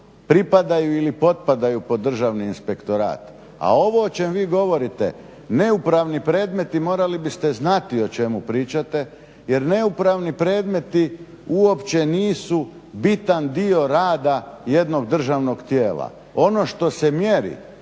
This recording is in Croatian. pripadaju ili potpadaju pod Državni inspektorat. A ovo o čem vi govorite, neupravni predmeti morali biste znati o čemu pričate, jer neupravni predmeti uopće nisu bitan dio rada jednog državnog tijela. Ono što se mjeri,